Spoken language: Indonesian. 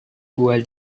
buah